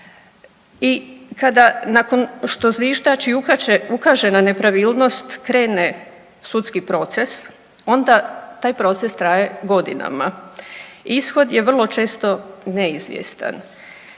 I kada nakon što zviždač i ukaže na nepravilnost krene sudski proces onda taj proces traje godinama. Ishod je vrlo često neizvjestan.